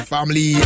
Family